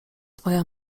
twoja